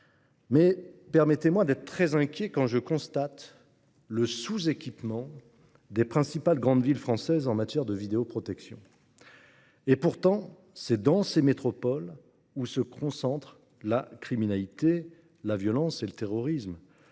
Permettez-moi d'être très inquiet quand je constate le sous-équipement des principales grandes villes françaises en matière de vidéoprotection. Pourtant, c'est dans ces métropoles que se concentrent la criminalité, la violence et le terrorisme.